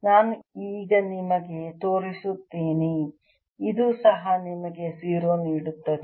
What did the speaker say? ನಾನು ಈಗ ನಿಮಗೆ ತೋರಿಸುತ್ತೇನೆ ಇದು ಸಹ ನಿಮಗೆ 0 ನೀಡುತ್ತದೆ